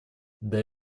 для